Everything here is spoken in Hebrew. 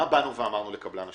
מה אמרנו לקבלן השיפוצים,